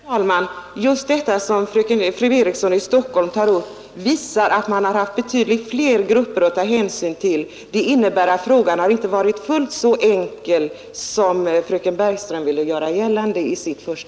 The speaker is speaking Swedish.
Herr talman! Just det som fru Eriksson i Stockholm tar upp visar att man har haft flera grupper att ta hänsyn till. Det innebär att frågan inte har varit fullt så enkel som fröken Bergström ville göra gällande i sitt